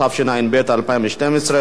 התשע"ב 2012,